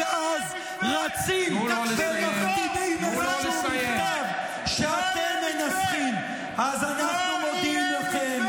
מערכת משפט עוכרת ישראל, ואתם מפלגה עוכרת ישראל.